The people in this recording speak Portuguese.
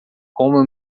como